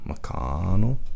McConnell